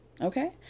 okay